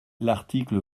l’article